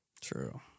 True